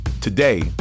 Today